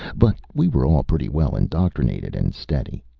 but we were all pretty well indoctrinated and steady.